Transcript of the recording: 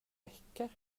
räcker